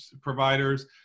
providers